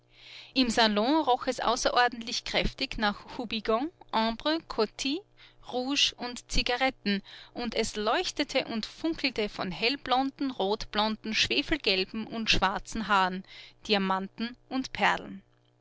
im salon roch es außerordentlich kräftig nach houbigant ambre coty rouge und zigaretten und es leuchtete und funkelte von hellblonden rotblonden schwefelgelben und schwarzen haaren diamanten und perlen